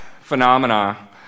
phenomena